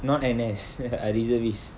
not N_S ah reservist